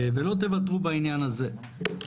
ולא תוותרו בעניין הזה.